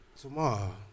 tomorrow